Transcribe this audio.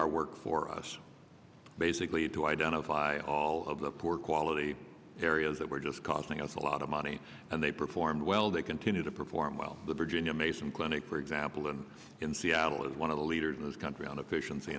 our work for us basically to identify all of the poor quality areas that were just costing us a lot of money and they performed well they continue to perform well the virginia mason clinic for example and in seattle is one of the leaders in this country on offici